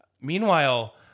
meanwhile